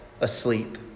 asleep